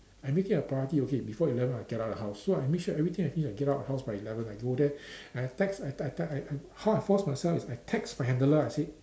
I make it a priority okay before eleven I get out of the house so I make sure everything I see I get out of house by eleven I go there I text I t~ t~ I how I force myself is I text my handler I say